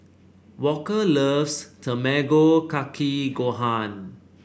Walker loves Tamago Kake Gohan